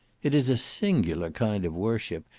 it is a singular kind of worship,